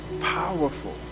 powerful